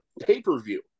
pay-per-view